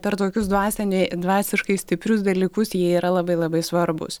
per tokius dvasini dvasiškai stiprius dalykus jie yra labai labai svarbūs